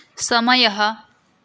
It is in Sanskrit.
समयः